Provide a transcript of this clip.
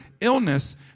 illness